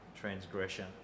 transgression